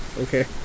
Okay